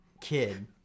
kid